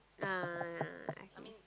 ah yeah I can